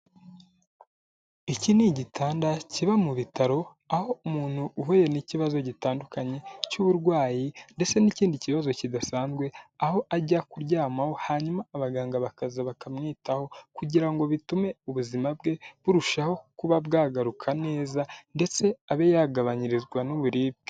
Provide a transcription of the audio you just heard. Iki ni igitanda kiba mu bitaro, aho umuntu uhuriye n'ikibazo gitandukanye cy'uburwayi ndetse n'ikindi kibazo kidasanzwe, aho ajya kuryamaho hanyuma abaganga bakaza bakamwitaho kugira ngo bitume ubuzima bwe burushaho kuba bwagaruka neza, ndetse abe yagabanyirizwa n'uburibwe.